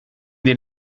den